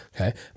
Okay